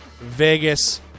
Vegas